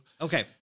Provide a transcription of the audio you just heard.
Okay